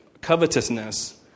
covetousness